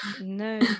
no